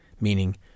meaning